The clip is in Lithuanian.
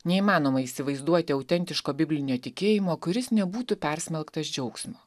neįmanoma įsivaizduoti autentiško biblinio tikėjimo kuris nebūtų persmelktas džiaugsmo